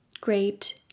great